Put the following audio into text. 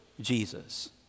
Jesus